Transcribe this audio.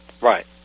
Right